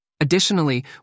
Additionally